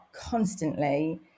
constantly